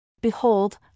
Behold